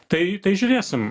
tai tai žiūrėsim